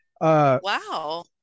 Wow